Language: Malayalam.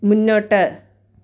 മുന്നോട്ട്